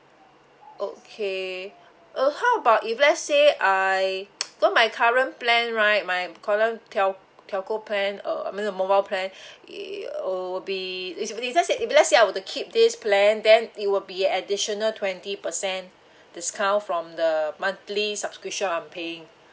okay uh how about if let say I so my current plan right my current tel~ telco plan uh I mean the mobile plan eh uh will be it's if let say if let say I want to keep this plan then it will be additional twenty percent discount from the monthly subscription I'm paying